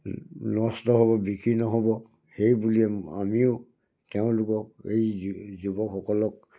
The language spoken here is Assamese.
নষ্ট হ'ব বিক্ৰী নহ'ব সেইবুলিয়ে আমিও তেওঁলোকক এই যুৱকসকলক